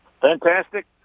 Fantastic